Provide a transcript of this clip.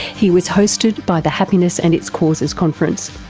he was hosted by the happiness and its causes conference.